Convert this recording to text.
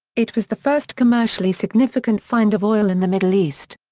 it was the first commercially significant find of oil in the middle east.